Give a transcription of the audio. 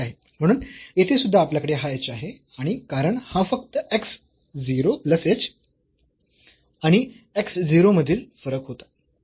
म्हणून येथे सुद्धा आपल्याकडे हा h आहे आणि कारण हा फक्त x 0 प्लस h आणि this x 0 टर्म मधील फरक होता